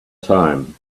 time